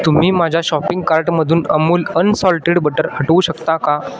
तुम्ही माझ्या शॉपिंग कार्टमधून अमूल अनसॉल्टेड बटर हटवू शकता का